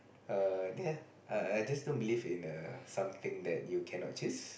err ya I I just don't believe in err something that you cannot choose